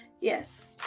yes